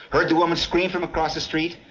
heard the woman scream from across the street,